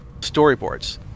storyboards